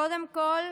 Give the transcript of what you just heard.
קודם כול,